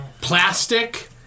Plastic